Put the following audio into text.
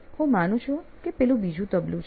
હું માનુ છું કે પેલું બીજું તબલું છે